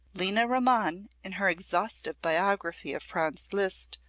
lina ramann, in her exhaustive biography of franz liszt,